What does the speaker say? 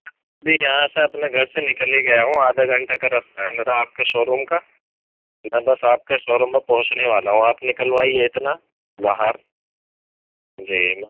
جی یہاں سے اپنے گھر سے نکل ہی گیا ہوں آدھے گھنٹے کا رستہ ہے میرا آپ کے شو روم کا میں بس آپ کے شو روم پہ پہنچے ہی والا ہوں آپ نکلوائیے اتنا باہر جی